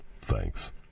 thanks